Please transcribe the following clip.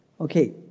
Okay